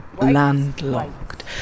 landlocked